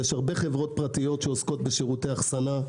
יש הרבה חברות פרטיות שעוסקות בשירותי אחסנה,